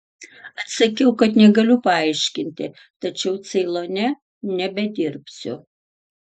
atsakiau kad negaliu paaiškinti tačiau ceilone nebedirbsiu